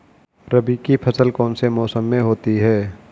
रबी की फसल कौन से मौसम में होती है?